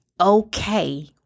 okay